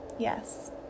Yes